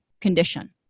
condition